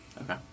Okay